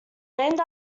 named